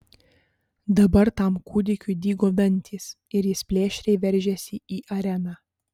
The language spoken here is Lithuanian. dabar tam kūdikiui dygo dantys ir jis plėšriai veržėsi į areną